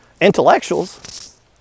Intellectuals